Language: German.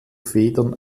federn